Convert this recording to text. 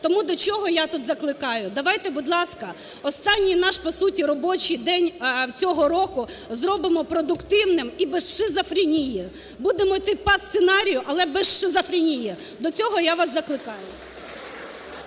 Тому до чого я тут закликаю. Давайте, будь ласка, останній наш по-суті робочий день цього року зробимо продуктивним і без шизофренії. Будемо йти по сценарію, але без шизофренії. До цього я вас закликаю.